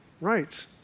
Right